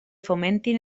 fomentin